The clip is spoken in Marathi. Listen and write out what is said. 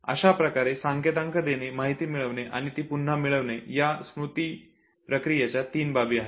अशा प्रकारे संकेतांक देणे माहिती साठवणे आणि ती पुन्हा मिळविणे या स्मृती प्रक्रियेच्या तीन प्रमुख बाबी आहेत